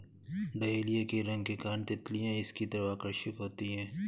dahlia के रंग के कारण तितलियां इसकी तरफ आकर्षित होती हैं